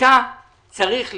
שאיתה צריך לחיות,